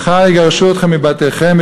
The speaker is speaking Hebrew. מחר יגרשו אתכם מבתיכם,